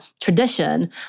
tradition